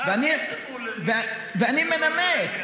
ואני מנמק,